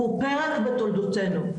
הוא פרק בתולדותינו,